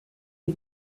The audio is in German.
die